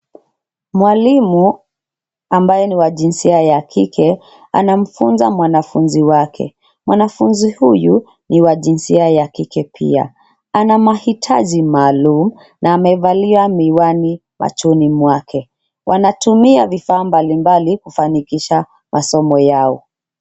Mwalimu ambaye ni wa jinsia ya kike anamfunza mwanafunzi wake. Mwanafunzi huyu ni wa jinsia ya kike pia. Ana mahitaji maalum na amevalia miwani machoni mwake. Wanatumia vifaa mbalimbali kufanikisha masomo yao.